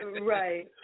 Right